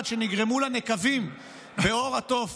עד שנגרמו לה נקבים בעור התוף